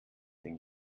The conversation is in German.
den